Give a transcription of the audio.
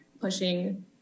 pushing